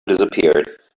disappeared